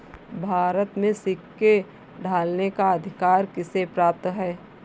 भारत में सिक्के ढालने का अधिकार किसे प्राप्त है?